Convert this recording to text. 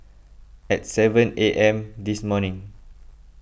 at seven A M this morning